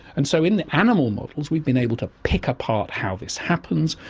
and so in the animal models we've been able to pick apart how this happens,